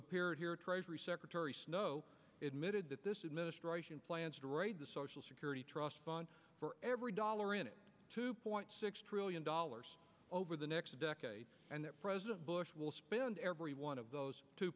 appeared here treasury secretary snow admitted that the administration plans to raise the social security trust fund for every dollar in it two point six trillion dollars over the next decade and that president bush will spend every one of t